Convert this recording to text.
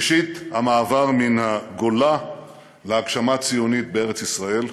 ראשית, המעבר מן הגולה להגשמה ציונית בארץ-ישראל,